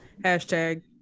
hashtag